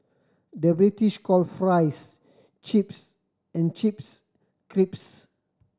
the British calls fries chips and chips crisps